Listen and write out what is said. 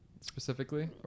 specifically